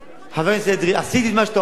חבר הכנסת אדרי, עשיתי את מה שאתה אומר,